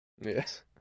yes